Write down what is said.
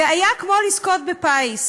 זה היה כמו לזכות בפיס.